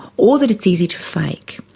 or that it's easy to fake.